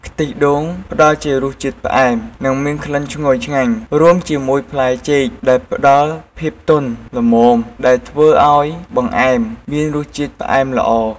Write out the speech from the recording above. ខ្ទិះដូងផ្តល់ជារសជាតិផ្អែម និងមានក្លិនឈ្ងុយឆ្ងាញ់ រួមជាមួយផ្លែចេកដែលផ្តល់ភាពទន់ ល្មម ដែលធ្វើឱ្យបង្អែមមានរសជាតិផ្អែមល្អ។